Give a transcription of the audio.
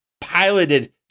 piloted